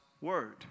Word